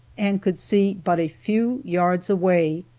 and could see but a few yards away.